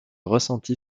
ressenti